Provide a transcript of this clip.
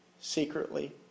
Secretly